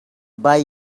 buy